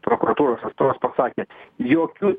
prokuratūros atstovas pasakė jokių